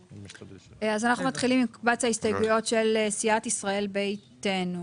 אז אנחנו מתחילים עם מקבץ ההסתייגות של סיעת "ישראל ביתנו".